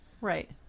Right